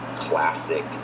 classic